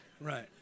right